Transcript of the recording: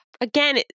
again